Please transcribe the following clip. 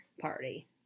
Party